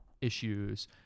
issues